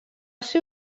ser